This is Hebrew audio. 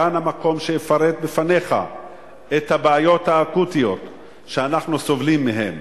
כאן המקום שאפרט בפניך את הבעיות האקוטיות שאנחנו סובלים מהן.